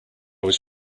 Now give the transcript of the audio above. was